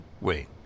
Wait